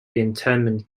internment